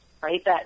right